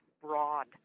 broad